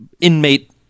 inmate